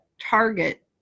target